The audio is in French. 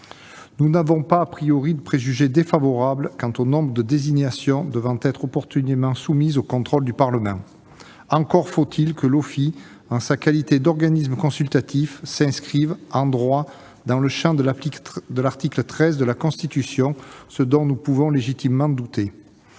Nous n'avons aucun préjugé défavorable quant au nombre de désignations devant être opportunément soumises au contrôle du Parlement. Encore faut-il que l'OFII, en sa qualité d'organisme consultatif, s'inscrive, en droit, dans le champ de l'article 13 de la Constitution, ce dont nous pouvons légitimement douter.